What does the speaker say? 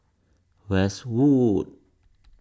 Westwood